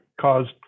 caused